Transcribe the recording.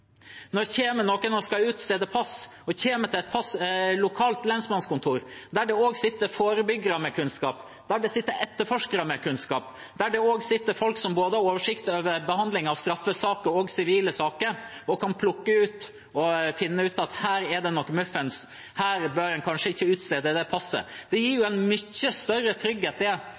når det kommer noen og skal få utstedt pass ved et lokalt lensmannskontor. Der sitter det forebyggere med kunnskap. Der sitter det etterforskere med kunnskap. Der sitter det folk som har oversikt over behandlingen av både straffesaker og sivile saker, og som kan finne ut om det er noe muffens, og om en kanskje ikke bør utstede det passet. Det gir en mye større trygghet